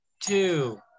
two